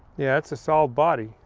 yeah that's a solid body,